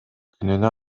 күнүнө